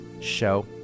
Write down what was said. show